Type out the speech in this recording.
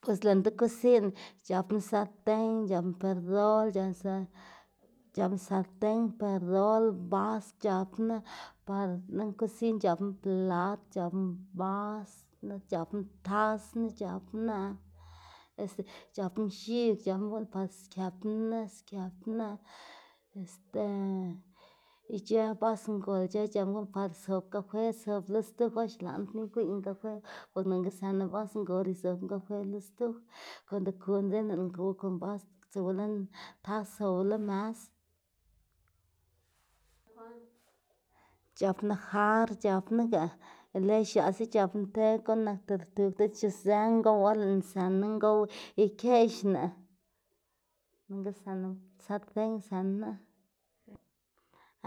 Bos lën dekosinná c̲h̲apná sarten, c̲h̲apná perol c̲h̲apná c̲h̲apná sarten, perol, bas c̲h̲apná par lën kosinná c̲h̲apná plat, c̲h̲apná basna, c̲h̲apná tasná, c̲h̲apná este c̲h̲apná x̱ig c̲h̲apná bok par këpná nis këpná este ic̲h̲ë bas ngol ic̲h̲ë c̲h̲apná par zob gafe zob lo stuf or xlaꞌndná igwiꞌyná gafe bos nonga zënná bas bgol izobná gafe lo stuf konda kunu dzekná lëꞌná xkuwa kon bas tsuwa lën tas zobu lo mës c̲h̲apná jar c̲h̲apnága lego x̱aꞌse c̲h̲apná te guꞌn nak tortug diꞌl xiuzë ngow or lëꞌná zën ngow ikeꞌxná nonga sënná sarten sënná